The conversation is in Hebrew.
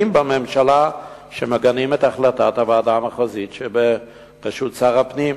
בממשלה שמגנים את החלטת הוועדה המחוזית שבראשות שר הפנים.